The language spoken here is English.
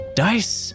dice